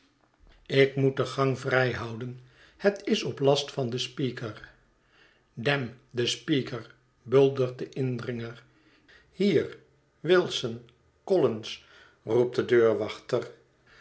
ik moet den gang vrijhouden het is op last van den speaker damn the speaker buldert de indringer hier wilson collins roept de deurwachter